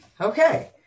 Okay